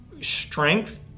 strength